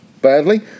badly